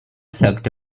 thought